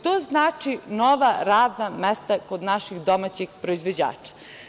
To znači nova radna mesta kod naših domaćih proizvođača.